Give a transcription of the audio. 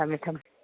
ꯊꯝꯃꯦ ꯊꯝꯃꯦ